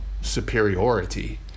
superiority